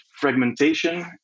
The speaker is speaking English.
fragmentation